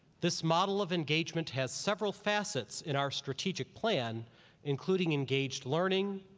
this model of engagement has several facets in our strategic plan including engaged learning,